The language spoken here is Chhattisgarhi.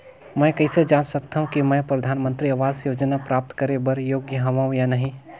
मैं कइसे जांच सकथव कि मैं परधानमंतरी आवास योजना प्राप्त करे बर योग्य हववं या नहीं?